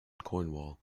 cornwall